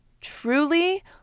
truly